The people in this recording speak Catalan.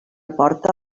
porta